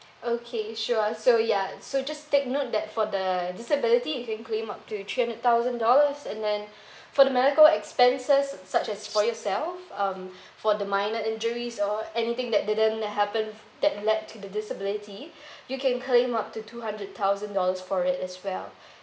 okay sure so ya so just take note that for the disability you can claim up to three hundred thousand dollars and then for the medical expenses such as for yourself um for the minor injuries or anything that didn't happen that led to the disability you can claim up to two hundred thousand dollars for it as well